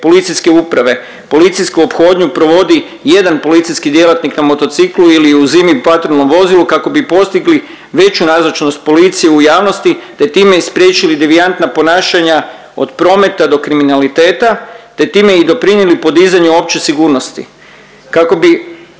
policijske uprave, policijsku ophodnu provodi jedan policijski djelatnik na motociklu ili u zimi patrolnom vozilu, kako bi postigli veću nazočnost policije u javnosti te time i spriječili devijantna ponašanja od prometa do kriminaliteta te time i doprinijeli podizanju opće sigurnosti.